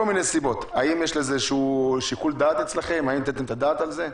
מכל מיני סיבות, האם נתתם את הדעת על זה?